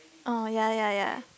oh ya ya ya